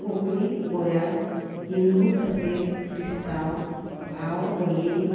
कोंकणी गोंयांत हिंदू तशेंच क्रिस्तांव भाव बीन